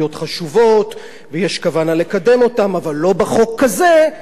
כוונה לקדם אותן אבל לא בחוק הזה אלא בחוקים ספציפיים.